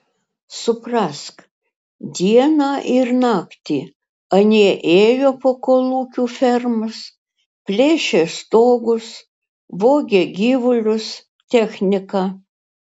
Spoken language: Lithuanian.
suprask dieną ir naktį anie ėjo po kolūkių fermas plėšė stogus vogė gyvulius techniką